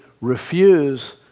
refuse